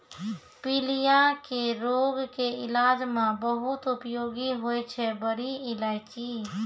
पीलिया के रोग के इलाज मॅ बहुत उपयोगी होय छै बड़ी इलायची